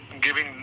giving